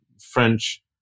French